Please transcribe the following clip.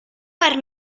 per